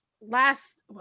last